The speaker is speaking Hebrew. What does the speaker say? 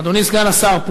אדוני סגן השר,